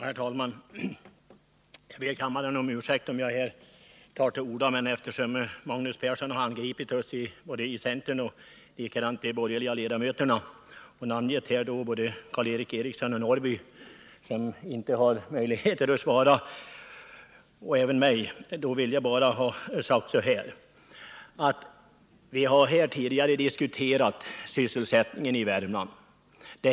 Herr talman! Jag ber kammaren om ursäkt för att jag tar till orda, men Magnus Persson har angripit både oss i centern och andra borgerliga ledamöter och också namngivit bl.a. Karl Erik Eriksson och Karl-Eric Norrby, som inte har möjlighet att svara. Jag vill därför ha sagt följande. Vi har tidigare diskuterat sysselsättningen i Värmland.